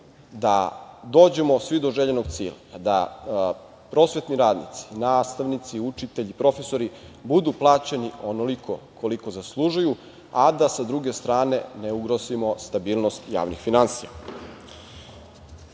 da dođemo svi do željenog cilja, da prosvetni radnici, nastavnici, učitelji, profesori budu plaćeni onoliko koliko zaslužuju, a da sa druge strane ne ugrozimo stabilnost javnih finansija. Pored